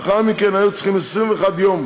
לאחר מכן היו צריכים 21 יום